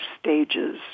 Stages